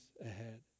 ahead